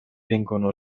vengono